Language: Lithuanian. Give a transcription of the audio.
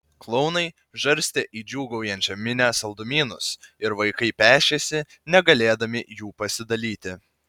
klounai žarstė į džiūgaujančią minią saldumynus ir vaikai pešėsi negalėdami jų pasidalyti